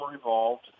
evolved